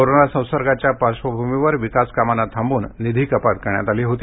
corona संसर्गाच्या पार्श्वभूमीवर विकास कामांना थांबवून निधीकपात करण्यात आली होती